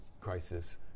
crisis